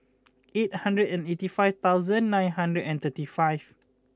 eight hundred and eighty five thousand nine hundred and thirty five